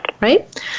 right